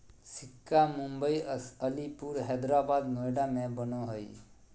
सिक्का मुम्बई, अलीपुर, हैदराबाद, नोएडा में बनो हइ